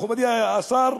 מכובדי השר,